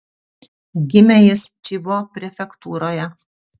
gimė jis čibo prefektūroje